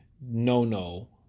no-no